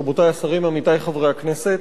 רבותי השרים ועמיתי חברי הכנסת,